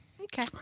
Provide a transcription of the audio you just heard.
okay